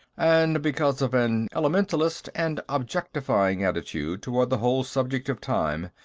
and because of an elementalistic and objectifying attitude toward the whole subject of time.